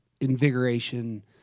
invigoration